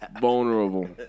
vulnerable